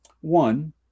One